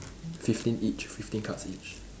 fifteen each fifteen cards each